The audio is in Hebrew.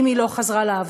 אם היא לא חזרה לעבודה,